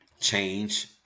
change